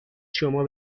شما